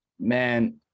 Man